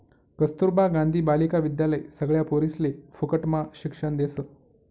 कस्तूरबा गांधी बालिका विद्यालय सगळ्या पोरिसले फुकटम्हा शिक्षण देस